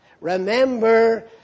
Remember